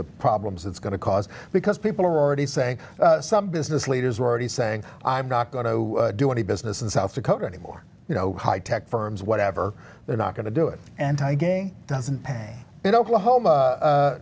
the problems it's going to cause because people are already saying some business leaders are already saying i'm not going to do any business in south dakota anymore you know high tech firms whatever they're not going to do it anti gay doesn't pay it oklahoma